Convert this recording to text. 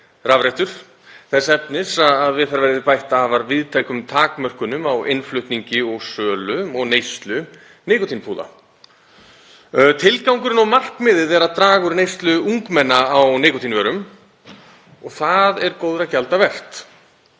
rafrettur, þess efnis að bætt verði við víðtækum takmörkunum á innflutningi, sölu og neyslu nikótínpúða. Tilgangurinn og markmiðið er að draga úr neyslu ungmenna á nikótínvörum. Það er góðra gjalda vert.